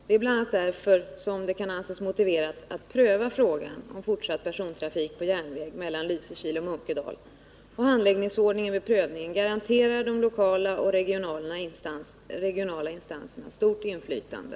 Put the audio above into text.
Det är bl.a. därför som det kan anses motiverat att pröva frågan om fortsatt persontrafik på järnväg mellan Lysekil och Munkedal. Handläggningsordningen vid prövningen garanterar de lokala och regionala instanserna stort inflytande.